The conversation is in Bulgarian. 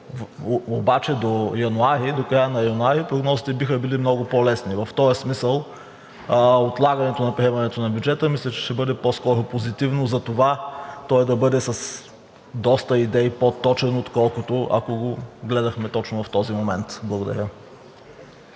г. До края на месец януари обаче прогнозите биха били много по-лесни. В този смисъл отлагането на приемането на бюджета мисля, че ще бъде по-скоро позитивно за това той да бъде с доста идеи по-точен, отколкото, ако го гледахме точно в този момент. Благодаря.